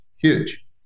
Huge